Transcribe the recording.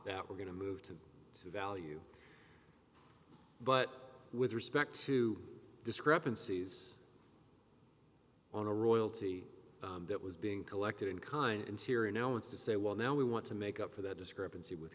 that we're going to move to value but with respect to discrepancies on a royalty that was being collected in kind and here and now it's to say well now we want to make up for that discrepancy with